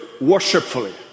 worshipfully